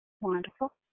Wonderful